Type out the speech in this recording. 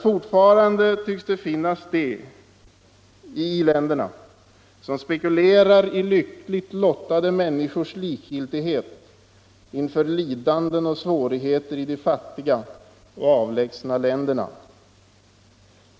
Fortfarande tycks det finnas de som spekulerar i lyckligt lottade människors likgiltighet inför lidanden och svårigheter i de fattiga och avlägsna länderna.